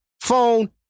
phone